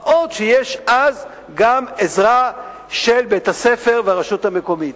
מה עוד שיש אז גם עזרה של בית-הספר והרשות המקומית.